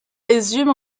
résume